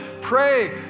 pray